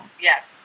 Yes